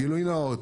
גילוי נאות,